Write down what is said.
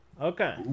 Okay